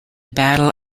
battle